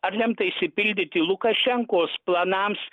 ar lemta išsipildyti lukašenkos planams